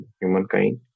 Humankind*